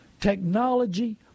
Technology